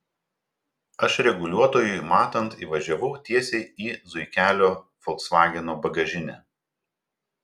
aš reguliuotojui matant įvažiavau tiesiai į zuikelio folksvageno bagažinę